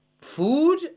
food